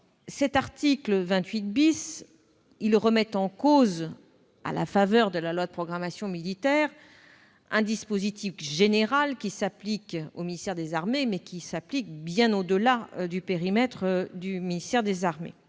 L'article 28 remet en cause, à la faveur de la loi de programmation militaire, un dispositif général qui s'applique au ministère des armées, mais également bien au-delà du périmètre de ce ministère. J'en